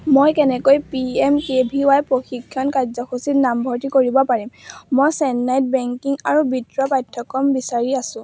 মই কেনেকৈ P M K V Y প্ৰশিক্ষণ কাৰ্যসূচীত নাম ভৰ্তি কৰিব পাৰিম মই চেন্নাইত বেংকিং আৰু বিত্ত পাঠ্যক্ৰম বিচাৰি আছোঁ